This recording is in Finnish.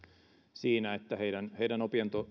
siinä että heidän heidän